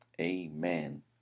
Amen